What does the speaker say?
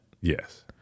Yes